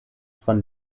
von